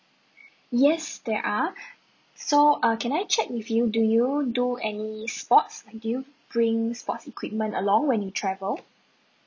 yes there are so uh can I check with you do you do any sports like do you bring sports equipment along when you travel